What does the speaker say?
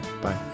Bye